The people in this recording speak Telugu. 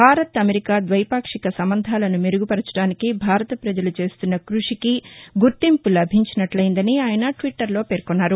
భారత్ అమెరికా ద్వైపాక్షిక సంబంధాలను మెరుగుపరచడానికి భారత ప్రజలు చేస్తున్న కృషికి గుర్తింపు లభించినట్టయిందని ఆయన ట్విట్టర్లో పేర్కొన్నారు